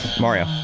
Mario